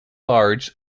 large